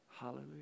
hallelujah